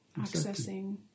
accessing